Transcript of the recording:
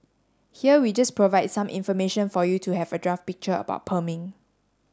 here we just provide some information for you to have a draft picture about perming